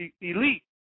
elite